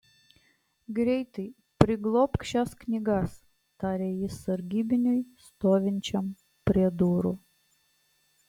greitai priglobk šias knygas tarė jis sargybiniui stovinčiam prie durų